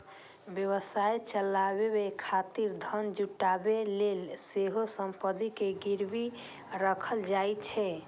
व्यवसाय चलाबै खातिर धन जुटाबै लेल सेहो संपत्ति कें गिरवी राखल जाइ छै